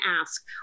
ask